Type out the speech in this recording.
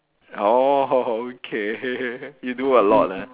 oh okay you do a lot ah